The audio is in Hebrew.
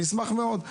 אני אשמח מאוד.